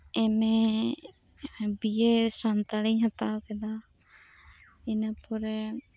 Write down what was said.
ᱮᱢᱮ ᱵᱤᱭᱮ ᱥᱟᱱᱛᱟᱲᱤᱧ ᱦᱟᱛᱟᱣ ᱠᱮᱫᱟ ᱤᱱᱟᱹ ᱯᱚᱨᱮ